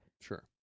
Sure